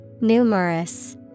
Numerous